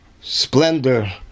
splendor